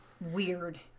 weird